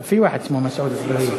לא, פיה ואחד אסמו מסעוד אגבאריה.